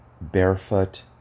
barefoot